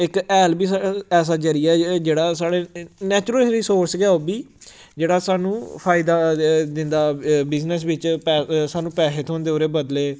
इक हैल बी स ऐसा जरिया ऐ जेह्ड़ा साढ़े नैचुरल रिसोर्स गै ऐ ओह् बी जेह्ड़ा सानूं फायदा दिंदा बिजनस बिच्च पै सानूं पैहे थ्होंदे ओह्दे बदले